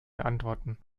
antworten